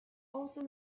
also